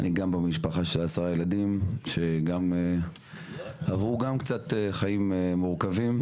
אני גם במשפחה של 10 ילדים שעברו גם קצת חיים מורכבים.